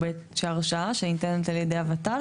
שהרשאה שניתנת על ידי הוות"ל,